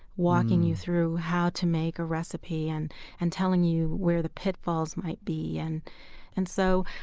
walking you through how to make a recipe and and telling you where the pitfalls might be. and and so,